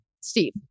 Steve